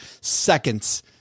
seconds